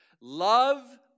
Love